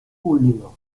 julio